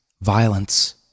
Violence